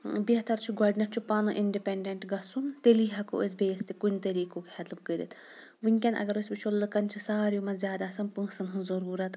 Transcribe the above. بہتر چھُ گۄڈٕنٮ۪تھ چھُ پانہٕ اِنڈِپینٛڈَنٹ گژھُن تیٚلے ہٮ۪کو أسۍ بیٚیِس تہِ کُنہِ طٔریٖقُک ہیٚلٕپ کٔرِتھ وٕنکٮ۪ن اگر أسۍ وٕچھو لُکَن چھِ ساروٕے منٛز زیادٕ آسان پونٛسَن ہِنٛز ضروٗرَت